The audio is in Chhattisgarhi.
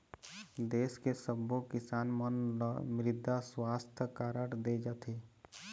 देस के सब्बो किसान मन ल मृदा सुवास्थ कारड दे जाथे